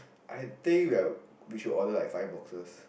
I think we are we should order like five boxes